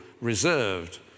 reserved